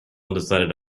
undecided